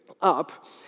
up